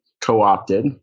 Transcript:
co-opted